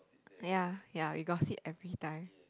ya ya we got sick everytime